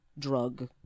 drug